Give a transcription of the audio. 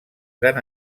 gran